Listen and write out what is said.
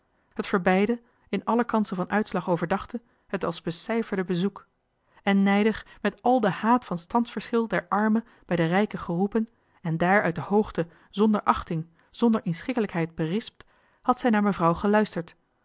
het verbeide in alle kansen van uitslag overdachte het als becijferde bezoek en nijdig met al den haat van standsverschil van de arme bij rijken geroepen en daar uit de hoogte zonder achting zonder inschikkelijkheid berispt had zij naar mevrouw geluisterd